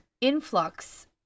influx